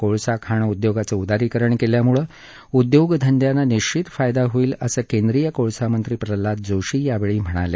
कोळसा खाण उद्योगाचं उदारीकरण केल्यामुळे उद्योगधंद्यांना निश्वित फायदा होईल असं केंद्रीय कोळसा मंत्री प्रल्हाद जोशी यावेळी म्हणाले